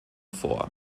vor